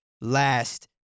last